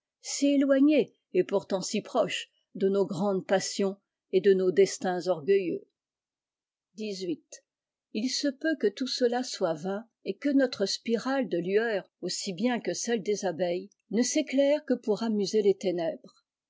si éloignées et pourtant si proches de nos grandes passions et de nos destins oieilleux xviii il se peut que tout cela soit vain et que notre spirale de lueurs aussi bien que celle des abeilles ne s'éclaire que pour amuser les ténèbres